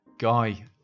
Guy